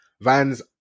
Vans